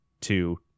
two